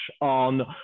on